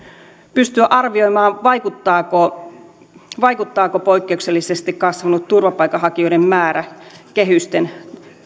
pystyä arvioimaan vaikuttaako vaikuttaako poikkeuksellisesti kasvanut turvapaikanhakijoiden määrä kehysten